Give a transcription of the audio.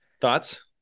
Thoughts